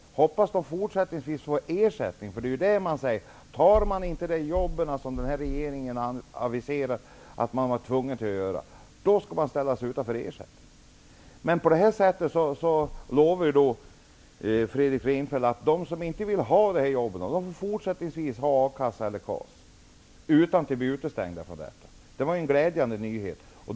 Jag hoppas att de fortsättningsvis får ersättning. Tar man inte de jobb som den här regeringen aviserat att man är tvungen att ta skall man ställas utanför ersättningen. Här lovar nu Fredrik Reinfeldt att de som inte vill ha de här jobben fortsättningsvis får a-kassa eller KAS utan att bli utestängda. Det var en glädjande nyhet.